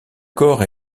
corps